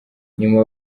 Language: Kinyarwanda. nyuma